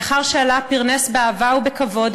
לאחר שעלה פרנס באהבה ובכבוד,